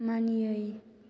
मानियै